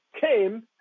came